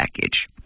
package